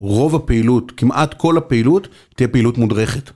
רוב הפעילות, כמעט כל הפעילות, תהיה פעילות מודרכת.